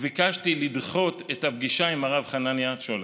וביקשתי לדחות את הפגישה עם הרב חנניה צ'ולק.